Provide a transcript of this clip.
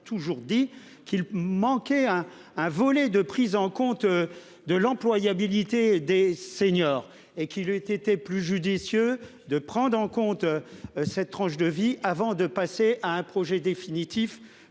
toujours dit qu'il manquait un un volet de prise en compte. De l'employabilité des seniors et qu'il ait été plus judicieux de prendre en compte. Cette tranche de vie avant de passer à un projet définitif